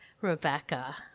Rebecca